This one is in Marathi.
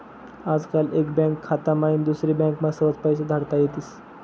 आजकाल एक बँक खाता माईन दुसरी बँकमा सहज पैसा धाडता येतस